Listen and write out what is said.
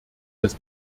des